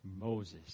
Moses